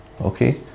okay